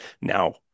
Now